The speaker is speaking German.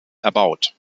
erbaut